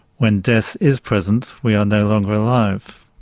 when death is present, we are no longer alive.